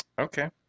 Okay